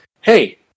hey